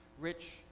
rich